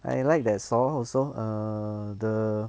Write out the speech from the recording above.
I like that stall also err the